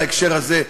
בהקשר הזה,